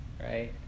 right